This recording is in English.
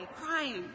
crying